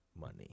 money